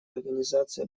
организации